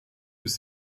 bis